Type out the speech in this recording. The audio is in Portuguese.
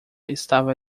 estava